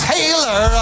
Taylor